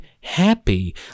happy